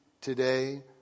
today